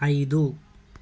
ఐదు